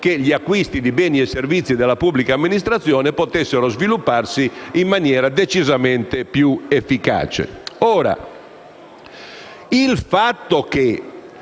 che gli acquisti di beni e servizi della pubblica amministrazione potessero svilupparsi in maniera decisamente più efficace.